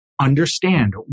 Understand